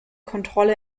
kontrolle